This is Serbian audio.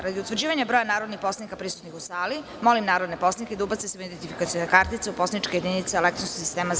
Radi utvrđivanja broja narodnih poslanika prisutnih u sali, molim narodne poslanike da ubace svoje identifikacione kartice u poslaničke jedinice elektronskog sistema za